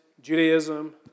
Judaism